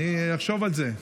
אני אחשוב על זה.